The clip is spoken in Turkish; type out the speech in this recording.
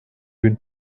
gün